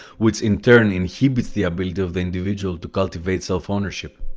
which, in turn, inhibits the ability of the individual to cultivate self-ownership.